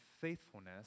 faithfulness